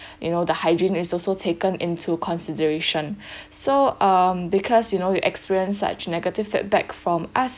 you know the hygiene is also taken into consideration so um because you know you experience such negative feedback from us